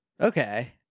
Okay